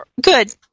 good